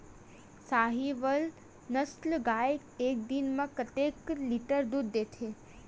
साहीवल नस्ल गाय एक दिन म कतेक लीटर दूध देथे?